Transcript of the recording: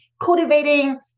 cultivating